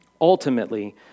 Ultimately